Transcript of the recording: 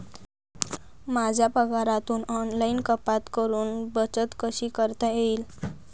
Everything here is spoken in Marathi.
माझ्या पगारातून ऑनलाइन कपात करुन बचत कशी करता येईल?